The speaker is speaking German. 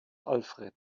alfred